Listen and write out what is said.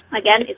Again